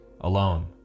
alone